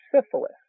syphilis